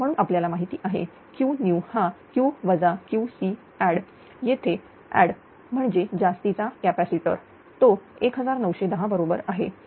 म्हणून आपल्याला माहिती आहे Qnew हाQ QCadd येथे add अधिक म्हणजे जास्तीचा कॅपॅसिटर तो1910 बरोबर आहे